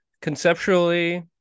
conceptually